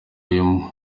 uyu